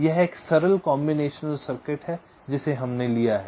यह एक सरल कॉम्बिनेशनल सर्किट है जिसे हमने लिया है